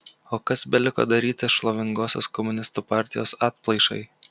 o kas beliko daryti šlovingosios komunistų partijos atplaišai